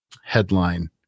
headline